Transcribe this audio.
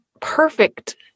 Perfect